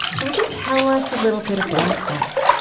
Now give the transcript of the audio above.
so would you tell us a little bit about that,